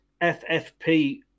FFP